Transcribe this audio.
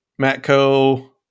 matco